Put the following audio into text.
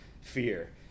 fear